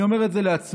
אני אומר את זה לעצמי,